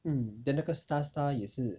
mm then 那个 star 也是